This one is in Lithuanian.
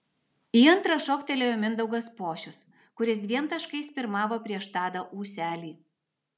į antrą šoktelėjo mindaugas pošius kuris dviem taškais pirmavo prieš tadą ūselį